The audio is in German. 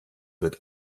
wird